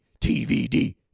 TVD